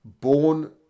born